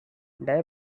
diy